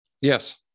Yes